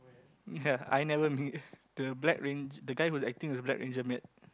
ya I never meet the black rang~ the guy acting as black ranger met